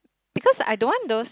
because I don't want those